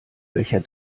welcher